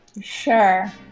Sure